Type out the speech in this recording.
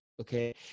okay